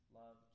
love